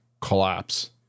collapse